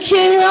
King